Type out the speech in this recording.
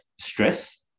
stress